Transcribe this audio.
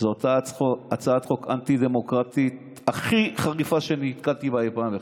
הצעת החוק האנטי-דמוקרטית הכי חריפה שנתקלתי בה אי פעם בחיי.